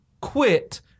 quit